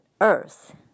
earth